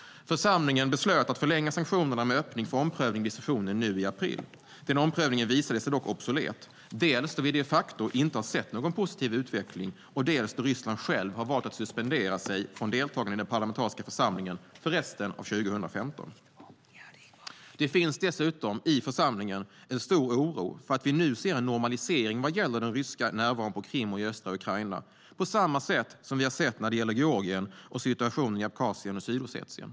Församlingen beslöt att förlänga sanktionerna med öppning för omprövning vid sessionen i april. Den omprövningen visade sig dock obsolet, dels för att vi de facto inte sett någon positiv utveckling, dels för att Ryssland själv har valt att suspendera sig från deltagande i den parlamentariska församlingen för resten av 2015. Det finns dessutom i församlingen en stor oro för att vi nu ser en normalisering vad gäller den ryska närvaron på Krim och i östra Ukraina på samma sätt som vi har sett när det gäller Georgien och situationen i Abchazien och Sydossetien.